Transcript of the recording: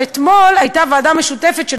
שאתמול הייתה ישיבת ועדה משותפת של